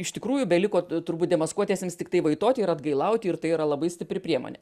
iš tikrųjų beliko turbūt demaskuotiesiems tiktai vaitoti ir atgailauti ir tai yra labai stipri priemonė